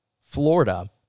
Florida